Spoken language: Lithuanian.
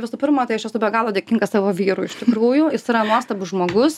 visų pirma tai aš esu be galo dėkinga savo vyrui iš tikrųjų jis yra nuostabus žmogus